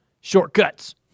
shortcuts